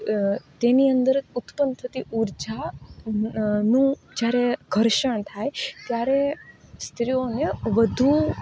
તેની અંદર ઉત્પન્ન થતી ઊર્જાનું જ્યારે ઘર્ષણ થાય ત્યારે સ્ત્રીઓને વધુ